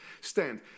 stand